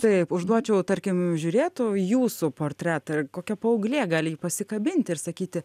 taip užduočiau tarkim žiūrėtų jūsų portretą ir kokia paauglė gali jį pasikabint ir sakyti